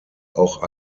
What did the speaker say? auch